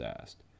asked